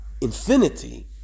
infinity